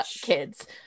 kids